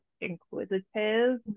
inquisitive